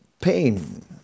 pain